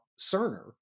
Cerner